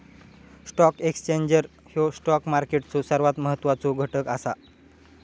stock exchange ह्यो stock मार्केटचो सर्वात महत्वाचो घटक असा